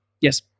Yes